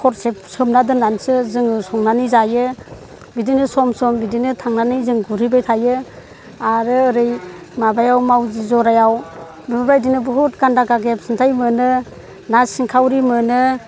हरसे सोमना दोननानैसो जों संनानै जायो बिदिनो सम सम बिदिनो थांनानै जों गुरहैबाय थायो आरो ओरै माबायाव मावजि जरायाव बेफोरबादिनो बहुद गान्दा गागेब सिन्थाय मोनो ना सिनखावरिबो मोनो